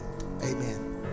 Amen